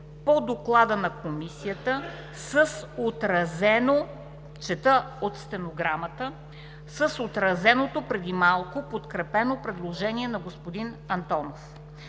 по доклада на Комисията с отразеното (чета от стенограмата) преди малко подкрепено предложение на господин Антонов,